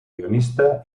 guionista